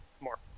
More